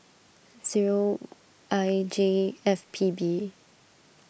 zero I J F P B